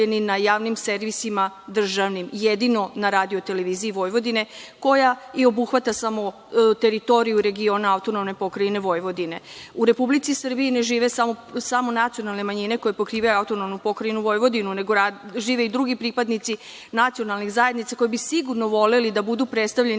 na javnim servisima državnim, jedino na RTV, koja i obuhvata samo teritoriju regiona AP Vojvodine?U Republici Srbiji ne žive samo nacionalne manjine koje pokrivaju AP Vojvodinu, nego žive i drugi pripadnici nacionalnih zajednica koji bi sigurno voleli da budu predstavljeni